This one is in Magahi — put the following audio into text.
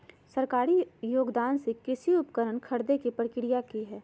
सरकारी योगदान से कृषि उपकरण खरीदे के प्रक्रिया की हय?